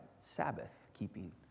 Sabbath-keeping